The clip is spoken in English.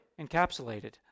encapsulated